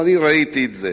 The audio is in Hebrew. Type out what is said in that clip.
ואני ראיתי את זה.